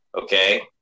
Okay